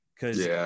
Cause